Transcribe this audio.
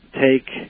take